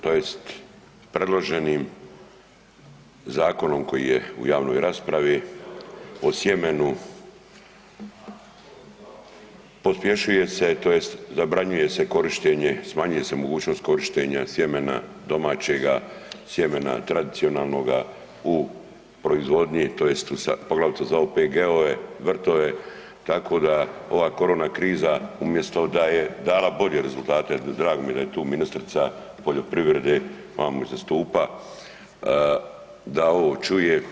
tj. predloženim zakonom koji je u javnoj raspravi o sjemenu pospješuje se tj. zabranjuje se korištenje, smanjuje se mogućnost korištenja sjemena domaćega, sjemena tradicionalnoga u proizvodnji tj. poglavito za OPG-ove, vrtove, tako a ova korona kriza umjesto da je dala bolje rezultate, drago mi je da je tu ministrica poljoprivrede vamo iza stupa da ovo čuje.